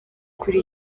kuri